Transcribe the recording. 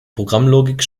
programmlogik